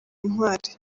intwali